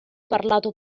parlato